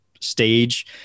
Stage